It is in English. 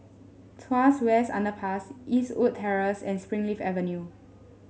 Tuas West Underpass Eastwood Terrace and Springleaf Avenue